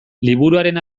liburuaren